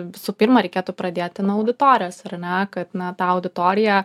visų pirma reikėtų pradėti nuo auditorijos ar ne kad na tą auditoriją